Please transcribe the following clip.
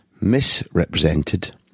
misrepresented